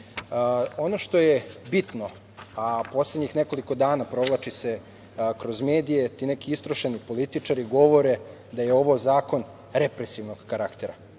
što je bitno, a poslednjih nekoliko dana provlači se kroz medije, ti neki istrošeni političari govore da je ovo zakon represivnog karaktera.